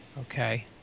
okay